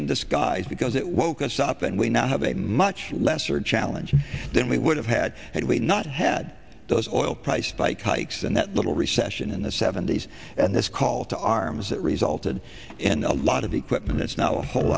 in disguise because it woke us up and we now have a much lesser challenge then we would have had had we not had those oil price spike hikes and that little recession in the seventy's and this call to arms that resulted in a lot of equipment that's now a whole